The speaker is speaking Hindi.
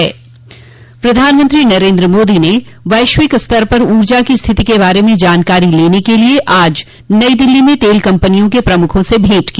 प्रधानमंत्री नरेन्द्र मोदी ने वैश्विक स्तर पर ऊर्जा की स्थिति के बारे में जानकारी लेने के लिए आज नई दिल्ली में तेल कंपनियों के प्रमुखों से भेंट की